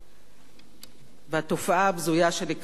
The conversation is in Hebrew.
והתופעה הבזויה שנקראת "תג מחיר" בלשון